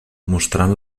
mostrant